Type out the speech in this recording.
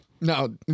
No